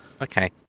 Okay